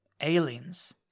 aliens